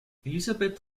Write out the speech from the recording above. elisabeth